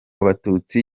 abatutsi